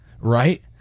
right